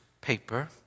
paper